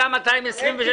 226,